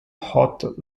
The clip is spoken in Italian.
hot